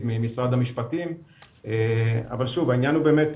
ממשרד המשפטים - אבל שוב העניין הוא באמת,